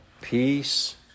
peace